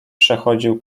przechodził